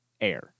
air